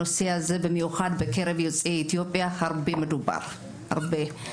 הנושא הזה במיוחד בקרב יוצאי אתיופיה הרבה מדובר וגם